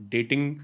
Dating